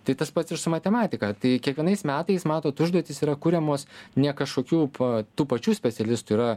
tai tas pats ir su matematika tai kiekvienais metais matot užduotys yra kuriamos ne kažkokių pa tų pačių specialistų yra